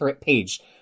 page